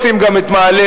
רוצים גם את מעלה-אדומים,